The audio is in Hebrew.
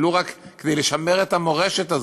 ולו רק כדי לשמר את המורשת הזאת,